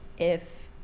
if